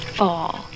fall